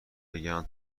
بگن